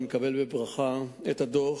אני מקבל בברכה את הדוח,